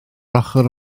ochr